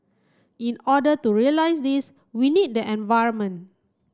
in order to realise this we need the environment